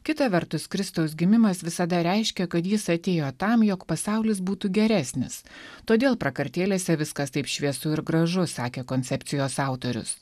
kita vertus kristaus gimimas visada reiškia kad jis atėjo tam jog pasaulis būtų geresnis todėl prakartėlėse viskas taip šviesu ir gražu sakė koncepcijos autorius